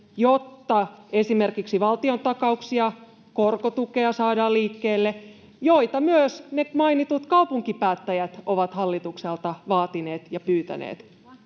jotta esimerkiksi valtiontakauksia ja korkotukea saadaan liikkeelle, joita myös ne mainitut kaupunkipäättäjät ovat hallitukselta vaatineet ja pyytäneet.